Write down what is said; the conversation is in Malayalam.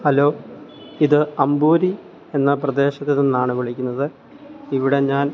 ഹലോ ഇത് അമ്പൂരി എന്ന പ്രദേശത്ത് നിന്നാണ് വിളിക്കുന്നത് ഇവിടെ ഞാൻ